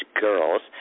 girls